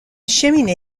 cheminée